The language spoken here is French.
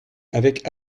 avec